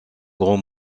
gros